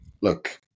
look